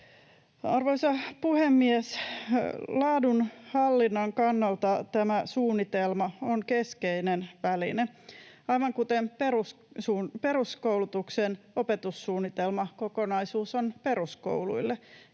Arvoisa puhemies! Laadun hallinnan kannalta tämä suunnitelma on keskeinen väline, aivan kuten peruskoulutuksen opetussuunnitelman kokonaisuus on peruskouluille.